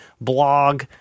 blog